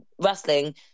wrestling